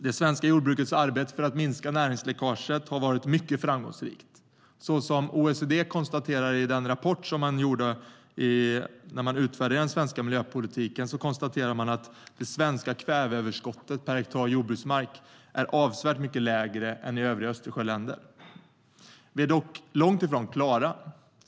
Det svenska jordbrukets arbete för att minska näringsläckaget har varit mycket framgångsrikt. OECD konstaterar i sin utvärderingsrapport om den svenska miljöpolitiken att vårt kväveöverskott per hektar jordbruksmark är avsevärt mycket lägre än i övriga Östersjöländer. Vi är dock långt ifrån klara.